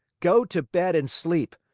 go to bed and sleep!